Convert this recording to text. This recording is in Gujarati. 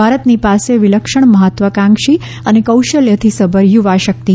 ભારતની પાસે વિલક્ષણ મહત્વાકાંક્ષી અને કૌશલ્યથી સભર યુવા શક્તિ છે